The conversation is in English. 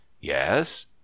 yes